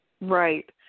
Right